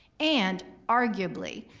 and, arguably,